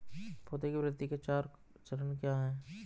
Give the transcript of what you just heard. पौधे की वृद्धि के चार चरण क्या हैं?